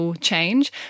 change